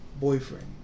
boyfriend